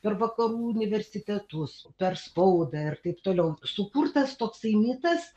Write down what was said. per vakarų universitetus per spaudą ir taip toliau sukurtas toksai mitas